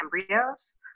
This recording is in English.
embryos